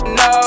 no